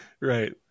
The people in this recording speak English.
Right